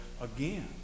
again